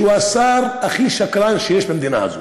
שהוא השר הכי שקרן שיש במדינה הזאת.